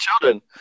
children